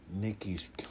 Nikki's